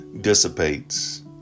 dissipates